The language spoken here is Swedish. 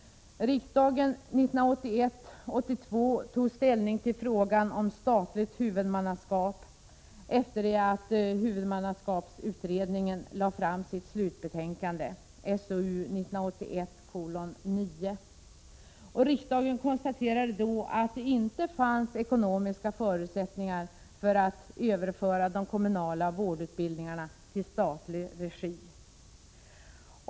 Riksdagen 1981/82 tog ställning till frågan om statligt huvudmannaskap efter det att huvudmannaskapsutredningen lagt fram sitt slutbetänkande, SOU 1981:9. Riksdagen konstaterade då att det inte fanns ekonomiska förutsättningar för att överföra de kommunala vårdutbildningarna till statlig regi.